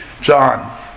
John